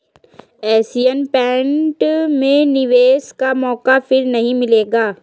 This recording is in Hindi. एशियन पेंट में निवेश का मौका फिर नही मिलेगा